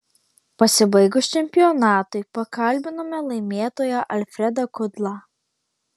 pasibaigus čempionatui pakalbinome laimėtoją alfredą kudlą